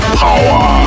power